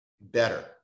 better